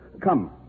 Come